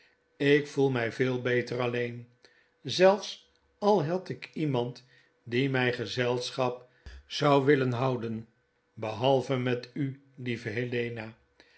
ik voel mij veel beter alleen zelfs al had ik iemand die my gezelschap zou willen houden behalve met u lieve helena